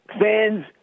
fans